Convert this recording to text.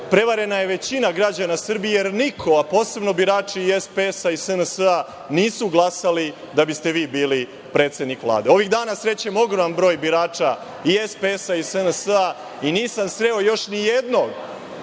prevarena je većina građana Srbije jer niko, a posebno birači SPS-a i SNS-a, nisu glasali da biste vi bili predsednik Vlade. Ovih dana srećem ogroman broj birača i SPS i SNS i nisam sreo još nijednog